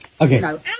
okay